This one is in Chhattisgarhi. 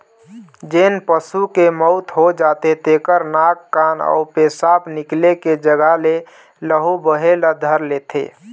जेन पशु के मउत हो जाथे तेखर नाक, कान अउ पेसाब निकले के जघा ले लहू बहे ल धर लेथे